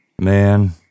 Man